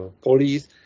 police